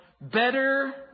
Better